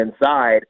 inside